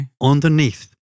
underneath